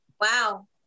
wow